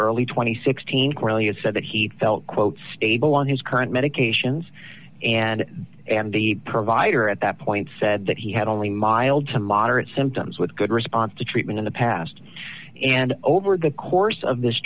and sixteen cornelia's said that he felt quote stable on his current medications and and the provider at that point said that he had only mild to moderate symptoms with good response to treatment in the past and over the course of this